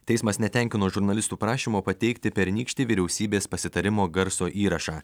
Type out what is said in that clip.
teismas netenkino žurnalistų prašymo pateikti pernykštį vyriausybės pasitarimo garso įrašą